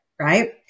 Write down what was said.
right